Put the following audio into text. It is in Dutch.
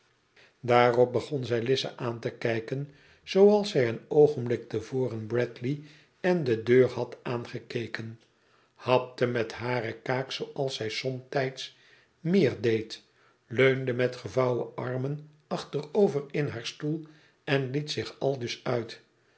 daarop begon zij lize aan te o onzb wsdkrzijdschb vriend ujken zooals zij een oogenblik te voren bradley en de deur had aangekeken hapte met hare kaak zooals zij somtijds meer deed leunde met gevouwen armen achterover in haar stoel en liet zich aldus uit